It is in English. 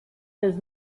his